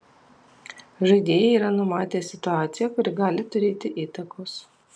žaidėjai yra numatę situaciją kuri gali turėti įtakos